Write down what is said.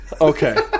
Okay